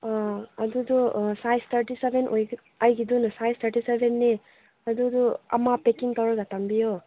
ꯑꯥ ꯑꯗꯨꯗꯣ size thirty seven ꯑꯩꯒꯤꯗꯨꯅ size thirty ꯁꯕꯦꯟꯅꯦ ꯑꯗꯨꯗꯣ ꯑꯃ ꯄꯦꯛꯀꯤꯡ ꯇꯧꯔꯒ ꯊꯝꯕꯤꯌꯣ